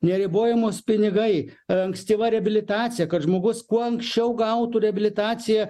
neribojamos pinigai ankstyva reabilitacija kad žmogus kuo anksčiau gautų reabilitaciją